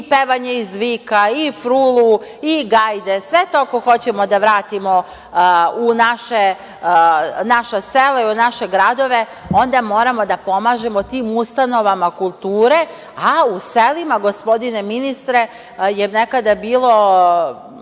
i pevanje iz vika, i frulu i gajde, sve to ako hoćemo da vratimo u naša sela i u naše gradove, onda moramo da pomažemo tim ustanovama kulture, a u selima, gospodine ministre, je nekada bilo